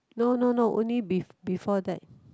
no no no only be before that